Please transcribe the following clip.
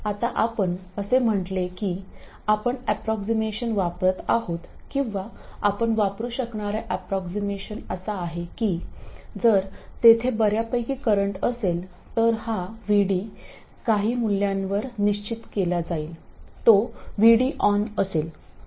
आता आपण असे म्हंटले की आपण अप्रॉक्सीमेशन वापरत आहोत किंवा आपण वापरू शकणारे अप्रॉक्सीमेशन असा आहे की जर तेथे बर्यापैकी करंट असेल तर हा VD काही मूल्यावर निश्चित केला जाईल तो VD ON असेल